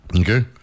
okay